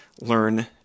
learn